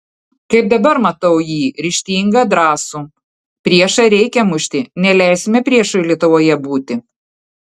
kaip dabar matau jį ryžtingą drąsų priešą reikia mušti neleisime priešui lietuvoje būti